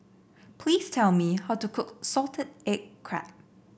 please tell me how to cook Salted Egg Crab